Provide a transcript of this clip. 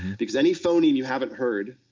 because any phoneme you havenit heard